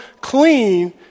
clean